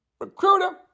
Recruiter